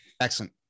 Excellent